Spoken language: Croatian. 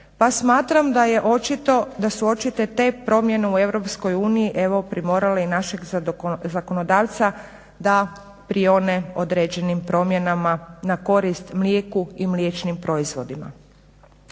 pa smatram da su očite te promjene u EU evo primorale i našeg zakonodavca da prione određenim promjenama na korist mlijeku i mliječnim proizvodima.